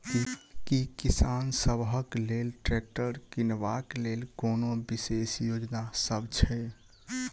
की किसान सबहक लेल ट्रैक्टर किनबाक लेल कोनो विशेष योजना सब छै?